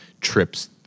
trips